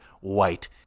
white